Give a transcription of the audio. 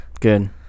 Good